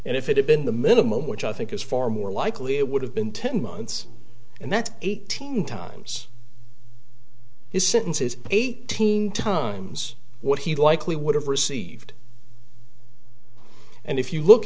and if it had been the minimum which i think is far more likely it would have been ten months and that's eighteen times his sentence is eighteen times what he likely would have received and if you look